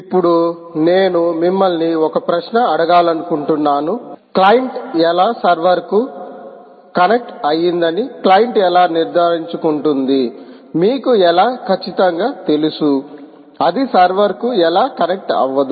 ఇప్పుడు నేను మిమ్మల్ని ఒక ప్రశ్న అడగాలనుకుంటున్నాను క్లయింట్ ఎలా సర్వర్కు కనెక్ట్ అయ్యిందని క్లయింట్ ఎలా నిర్ధారించు కుంటుంది మీకు ఎలా ఖచ్చితంగా తెలుసు అది సర్వర్కు ఎలా కనెక్ట్ అవ్వదు